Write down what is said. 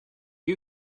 you